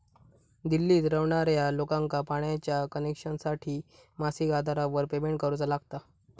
दिल्लीत रव्हणार्या लोकांका पाण्याच्या कनेक्शनसाठी मासिक आधारावर पेमेंट करुचा लागता